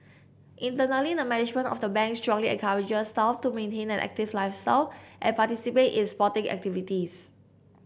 internally the management of the Bank strongly encourages staff to maintain an active lifestyle and participate in sporting activities